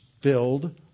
filled